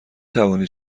توانی